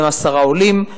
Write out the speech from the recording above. מהם עשרה עולים,